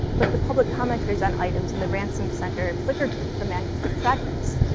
like the public commenters on items in the ransom center flickr group for manuscript fragments.